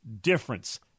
difference